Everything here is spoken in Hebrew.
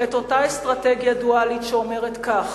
את אותה אסטרטגיה דואלית שאומרת כך: